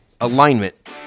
alignment